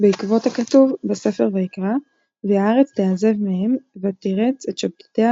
בעקבות הכתוב בספר ויקרא ”והארץ תעזב מהם ותרץ את שבתתיה